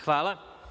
Hvala.